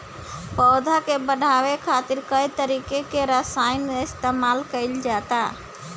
पौधा के बढ़ावे खातिर कई तरीका के रसायन इस्तमाल कइल जाता